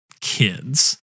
kids